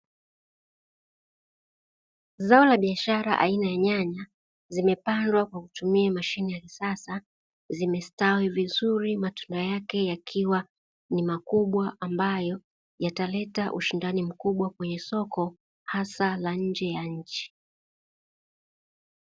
Zao la biashara aina ya nyanya, zimepandwa kwa kutumia mashine ya kisasa. Zimestawi vizuri matunda yake yakiwa ni makubwa, ambayo yataleta ushindani mkubwa kwenye soko hasa la nje ya nchi.